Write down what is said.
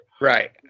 Right